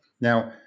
Now